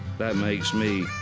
that makes me